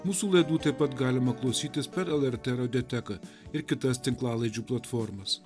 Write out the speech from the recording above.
mūsų laidų taip pat galima klausytis per lrt radioteką ir kitas tinklalaidžių platformas